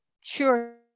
Sure